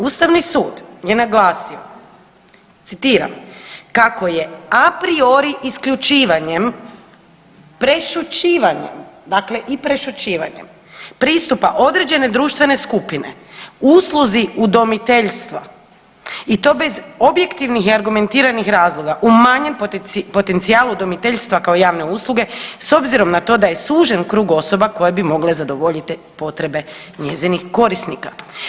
Ustavni sud je naglasio, citiram, kako je a priori isključivanjem, prešućivanjem, dakle i prešućivanjem, pristupa određene društvene skupine usluzi udomiteljstva i to bez objektivnih i argumentiranih razloga umanjen potencijal udomiteljstva kao javne usluge s obzirom na to da je sužen krug osoba koje bi mogle zadovoljiti potrebe njezinih korisnika.